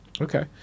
Okay